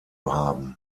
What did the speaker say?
haben